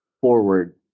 forward